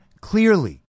clearly